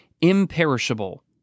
imperishable